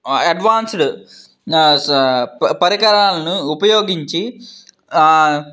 advanced స ప పరికరాలను ఉపయోగించి